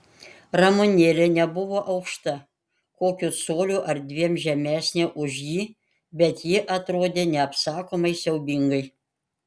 ramunėlė nebuvo aukšta kokiu coliu ar dviem žemesnė už jį bet ji atrodė neapsakomai siaubingai